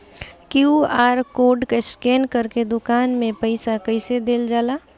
QR code scan करके दुकान में पईसा कइसे देल जाला?